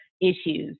issues